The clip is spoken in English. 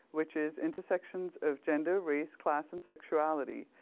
which is intersections of gender, race, class and sexuality.